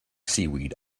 seaweed